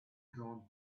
drawn